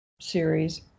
series